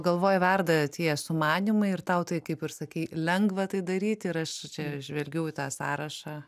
galvoj verda tie sumanymai ir tau tai kaip ir sakei lengva tai daryti ir aš čia žvelgiau į tą sąrašą